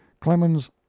Clemens